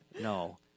no